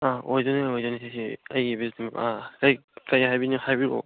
ꯑꯪ ꯑꯣꯏꯗꯣꯏꯅꯦ ꯑꯣꯏꯗꯣꯏꯅꯦ ꯁꯤꯁꯦ ꯑꯩꯒꯤ ꯀꯔꯤ ꯍꯥꯏꯕꯤꯅꯤꯡꯒꯦ ꯍꯥꯏꯕꯤꯔꯛꯑꯣ